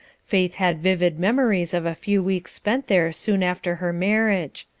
faith had vivid memories of a few weeks spent there soon after her marriage.